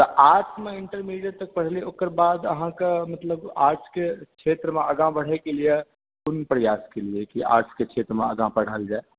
तऽ आर्ट्समे इंटरमीडीयएट तक पढ़लियै ओकर बाद अहाँके मतलब आर्ट्सके क्षेत्रमे आगाँ बढ़यके लिय ओ क़ोन प्रयास केलियै की आर्ट्सके क्षेत्रमे आगाँ बढ़ल जै